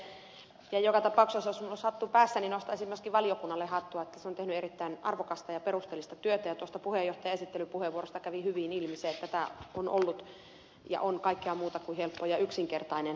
pulliaisen ehdotukseen ja joka tapauksessa jos minulla olisi hattu päässä niin nostaisin myöskin valiokunnalle hattua kun se on tehnyt erittäin arvokasta ja perusteellista työtä ja tuosta puheenjohtajan esittelypuheenvuorosta kävi hyvin ilmi se että tämä on ollut ja on kaikkea muuta kuin helppo ja yksinkertainen kokonaisuus